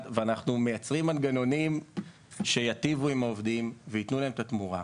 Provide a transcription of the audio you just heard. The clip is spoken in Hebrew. ואנחנו מייצרים מנגנונים שיטיבו עם העובדים ויתנו להם את התמורה.